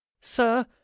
sir